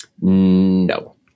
No